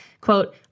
quote